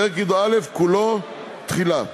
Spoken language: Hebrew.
פרק י"א כולו, תחילה,